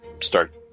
start